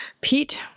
Pete